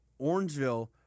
Orangeville